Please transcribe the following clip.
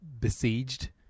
besieged